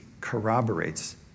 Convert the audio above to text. corroborates